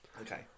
Okay